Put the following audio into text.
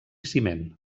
ciment